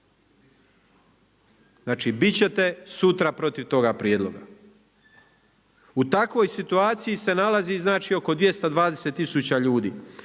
Znači bit ćete sutra protiv toga prijedloga. U takvoj situaciji se nalazi, znači oko 220000 ljudi,